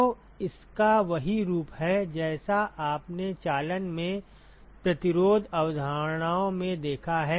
तो इसका वही रूप है जैसा आपने चालन में प्रतिरोध अवधारणाओं में देखा है